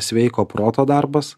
sveiko proto darbas